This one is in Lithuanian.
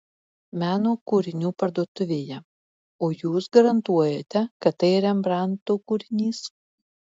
meno kūrinių parduotuvėje o jūs garantuojate kad tai rembrandto kūrinys